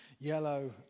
yellow